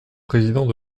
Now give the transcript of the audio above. président